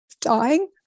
dying